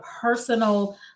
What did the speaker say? personal